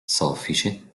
soffice